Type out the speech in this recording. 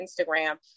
Instagram